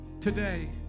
today